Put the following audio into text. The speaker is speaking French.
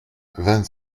vingt